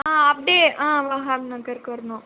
ஆ அப்படியே ஆ வகாப் நகருக்கு வரணும்